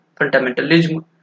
fundamentalism